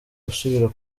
gusubira